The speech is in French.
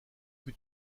que